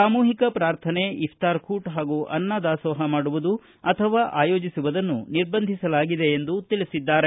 ಸಾಮೂಹಿಕ ಪ್ರಾರ್ಥನೆ ಇಪ್ತಾರಕೂಟ ಹಾಗೂ ಅನ್ನದಾಸೋಹ ಮಾಡುವುದು ಅಥವಾ ಆಯೋಜಿಸುವುದನ್ನು ನಿರ್ಬಂಧಿಸಲಾಗಿದೆ ಎಂದು ತಿಳಿಸಿದ್ದಾರೆ